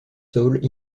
soul